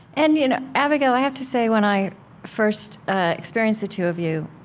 and you know abigail, i have to say, when i first experienced the two of you,